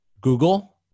google